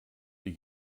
die